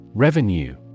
Revenue